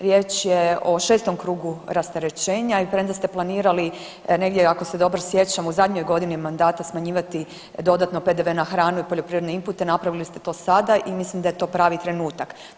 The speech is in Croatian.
Riječ je o 6. krugu rasterećenja i premda ste planirali negdje ako se dobro sjećam u zadnjoj godini mandata smanjivati dodatno PDV na hranu i poljoprivredne inpute napravili ste to sada i mislim da je to pravi trenutak.